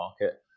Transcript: market